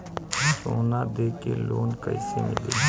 सोना दे के लोन कैसे मिली?